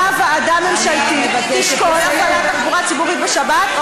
האם אותה ועדה ממשלתית תשקול הפעלת תחבורה בשבת?